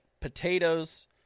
potatoes